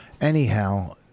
Anyhow